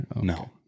no